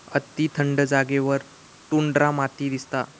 अती थंड जागेवर टुंड्रा माती दिसता